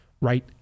right